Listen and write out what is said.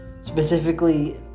Specifically